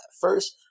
First